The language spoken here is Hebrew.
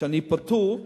שאני פטור,